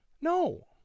No